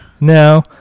no